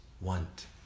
want